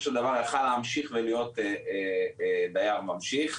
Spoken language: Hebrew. של דבר יכל להמשיך ולהיות דייר ממשיך,